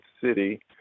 City